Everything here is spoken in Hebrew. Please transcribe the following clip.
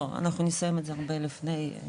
אנחנו נסיים את זה הרבה לפני.